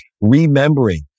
remembering